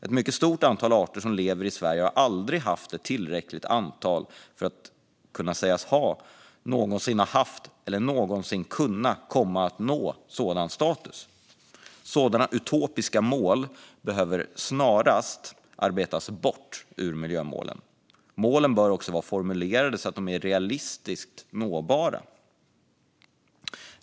Ett mycket stort antal arter som lever i Sverige har inte, har aldrig haft och kommer inte någonsin att ha ett tillräckligt antal för att nå sådan status. Sådana utopiska mål behöver snarast arbetas bort ur miljömålen. Målen bör också vara formulerade så att de är realistiskt nåbara.